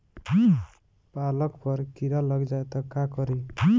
पालक पर कीड़ा लग जाए त का करी?